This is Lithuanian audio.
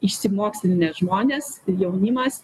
išsimokslinę žmonės jaunimas